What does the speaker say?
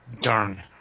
Darn